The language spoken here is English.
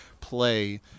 play